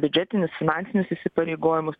biudžetinius finansinius įsipareigojimus